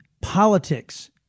Politics